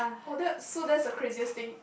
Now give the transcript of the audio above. oh that so that's the craziest thing